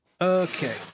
Okay